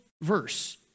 verse